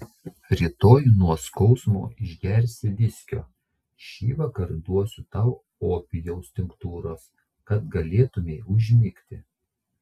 rytoj nuo skausmo išgersi viskio šįvakar duosiu tau opijaus tinktūros kad galėtumei užmigti